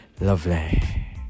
lovely